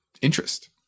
interest